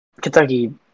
Kentucky